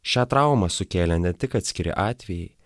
šią traumą sukėlė ne tik atskiri atvejai